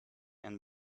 and